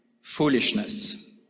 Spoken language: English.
foolishness